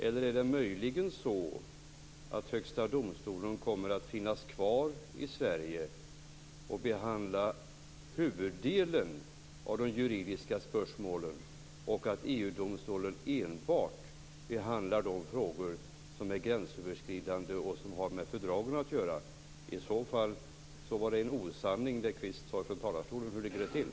Eller är det möjligen så att Högsta domstolen kommer att finnas kvar i Sverige och behandla huvuddelen av de juridiska spörsmålen och att EU-domstolen enbart behandlar de frågor som är gränsöverskridande och har med fördragen att göra? I så fall var det en osanning som Kenneth Kvist sade från talarstolen. Hur ligger det till?